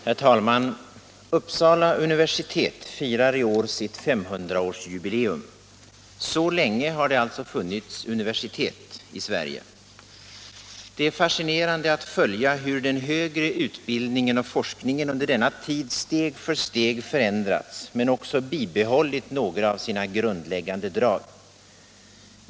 Herr talman! Uppsala universitet firar i år sitt 500-årsjubileum. Så länge har det alltså funnits universitet i Sverige. Det är fascinerande att följa hur den högre utbildningen och forskningen under denna tid steg för steg förändrats men också bibehållit några av sina grundläggande drag.